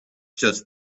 just